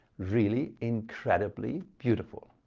really incredibly beautiful